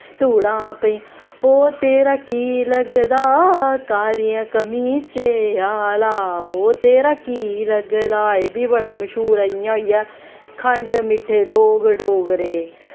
धूड़ां पेइयां ओह् तेरा की लगदा कालिये कमीचे आह्ला ओह् तेरा की लगदा एह् बी बड़ा मश्हूर ऐ जियां होई गेआ खंड मिट्ठे लोग डोगरे